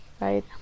right